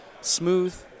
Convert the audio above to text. smooth